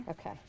Okay